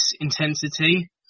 intensity